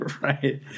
Right